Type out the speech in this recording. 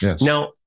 Now